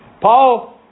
Paul